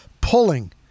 Pulling